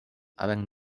avenc